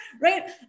right